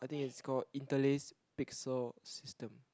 I think is called interlace pixel system